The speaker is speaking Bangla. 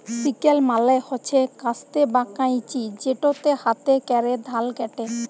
সিকেল মালে হছে কাস্তে বা কাঁইচি যেটতে হাতে ক্যরে ধাল ক্যাটে